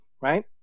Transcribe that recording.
right